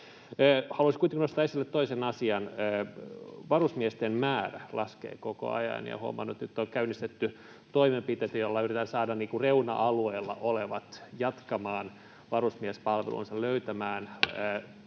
Haluaisin kuitenkin nostaa esille toisen asian: Varusmiesten määrä laskee koko ajan, ja huomaan, että nyt on käynnistetty toimenpiteitä, joilla yritetään saada niin kuin reuna-alueella olevat jatkamaan varusmiespalveluansa, [Puhemies